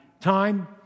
time